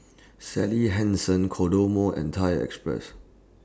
Sally Hansen Kodomo and Thai Express